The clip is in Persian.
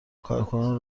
کارکنان